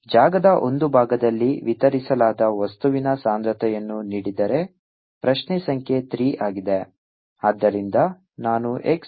ϕR243π4dϕ2sin22R23π4 4R243π41 cos2ϕ2dϕ5πR24R22 ಜಾಗದ ಒಂದು ಭಾಗದಲ್ಲಿ ವಿತರಿಸಲಾದ ವಸ್ತುವಿನ ಸಾಂದ್ರತೆಯನ್ನು ನೀಡಿದರೆ ಪ್ರಶ್ನೆ ಸಂಖ್ಯೆ 3 ಆಗಿದೆ